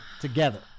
together